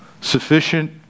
Sufficient